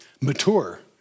mature